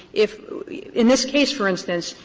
if in this case, for instance,